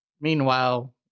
meanwhile